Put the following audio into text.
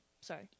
sorry